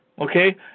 Okay